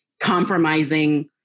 compromising